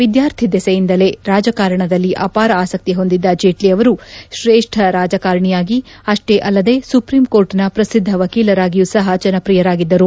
ವಿದ್ಯಾರ್ಥಿ ದೆಸೆಯಿಂದಲೇ ರಾಜಕಾರಣದಲ್ಲಿ ಅಪಾರ ಆಸಕ್ತಿ ಹೊಂದಿದ್ದ ಜೇಟ್ಲ ಅವರು ತ್ರೇಷ್ಠ ರಾಜಕಾರಣಿಯಾಗಿ ಅಷ್ಷೇ ಅಲ್ಲದೇ ಸುಪ್ರೀಂಕೋರ್ಟ್ನ ಪ್ರಸಿದ್ದ ವಕೀಲರಾಗಿಯೂ ಸಪ ಜನಪ್ರಿಯರಾಗಿದ್ದರು